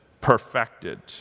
perfected